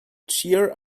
cheer